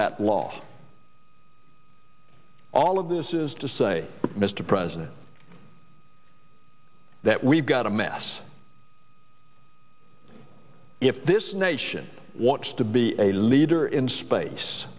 that law all of this is to say mr president that we've got a mess if this nation wants to be a leader in space